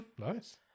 Nice